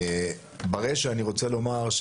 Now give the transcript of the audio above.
בריש אני רוצה לומר,